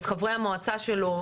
את חברי המועצה שלו.